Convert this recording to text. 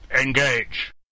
Engage